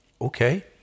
okay